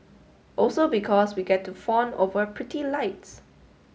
also because we get to fawn over pretty lights